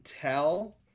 tell